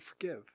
forgive